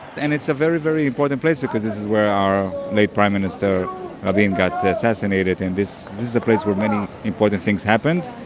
and it's a very very important place because this is where our late prime minister rabin got assassinated and this is a place where many important things happened.